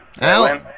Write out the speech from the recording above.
Alan